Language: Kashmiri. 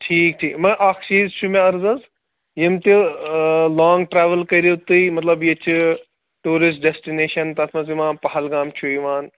ٹھیٖک ٹھیٖک مگر اَکھ چیٖز چھُ مےٚ عرض حظ یِم تہِ لانٛگ ٹرٛیوٕل کٔرِو تُہۍ مطلب ییٚتہِ چھِ ٹوٗرِسٹ ڈٮ۪سٹِنیشَن تَتھ منٛز یِوان پہلگام چھُ یِوان